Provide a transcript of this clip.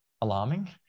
alarming